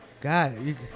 God